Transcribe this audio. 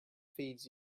feeds